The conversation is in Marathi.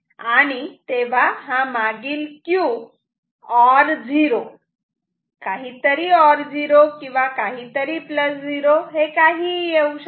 आणि तेव्हा हा मागील Q ऑर 0 काही तरी ऑर 0 किंवा काहीतरी प्लस 0 हे काहीही येऊ शकते